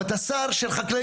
אבל אתה קודם כל שר של חקלאים.